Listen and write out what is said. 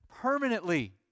permanently